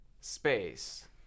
space